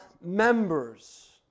members